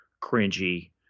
cringy